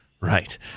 Right